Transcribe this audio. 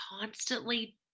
constantly